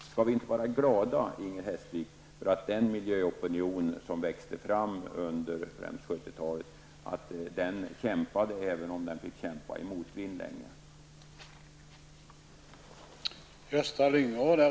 Men skall vi inte, Inger Hestvik, vara glada över den miljöopinion som växte fram främst under 70 talet och över den kamp som då fördes, även om man länge fick kämpa i motvind?